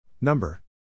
Number